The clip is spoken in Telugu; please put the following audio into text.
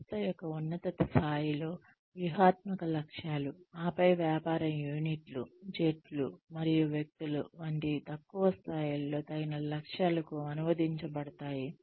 సంస్థ యొక్క ఉన్నత స్థాయిలో వ్యూహాత్మక లక్ష్యాలు ఆపై వ్యాపార యూనిట్లు జట్లు మరియు వ్యక్తులు వంటి తక్కువ స్థాయిలలో తగిన లక్ష్యాలకు అనువదించబడతాయి